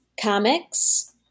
comics